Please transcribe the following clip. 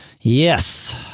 Yes